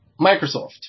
Microsoft